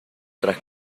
tras